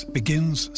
begins